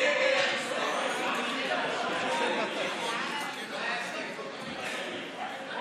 וקבוצת סיעת הרשימה המשותפת לסעיף 1 לא נתקבלה.